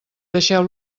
deixeu